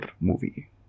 movie